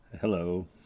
hello